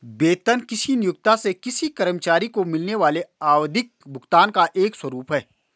वेतन किसी नियोक्ता से किसी कर्मचारी को मिलने वाले आवधिक भुगतान का एक स्वरूप है